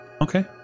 Okay